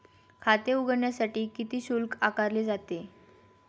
खाते उघडण्यासाठी किती शुल्क आकारले जाते?